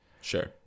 Sure